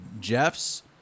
jeffs